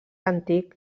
antic